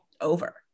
over